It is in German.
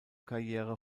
karriere